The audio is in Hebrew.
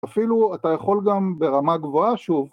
אפילו אתה יכול גם ברמה גבוהה שוב